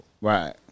right